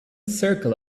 circle